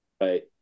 Right